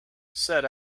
said